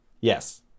yes